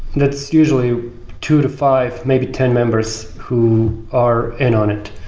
that's usually two to five, maybe ten members who are in on it.